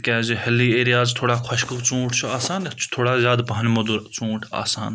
تِکیازِ ہیٚلی ایریاز تھوڑا خۄشک ژوٗنٛٹھ چھُ آسان یَتھ چھُ تھوڑا زیادٕ پَہن مدوٗر ژوٗنٛٹھ آسان